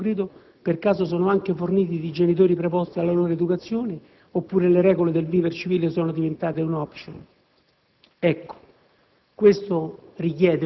a partire dai cellulari all'ultimo grido, per caso sono anche forniti di genitori preposti alla loro educazione, oppure le regole del vivere civile sono diventate un *optional*?» Ecco,